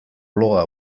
bloga